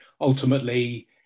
ultimately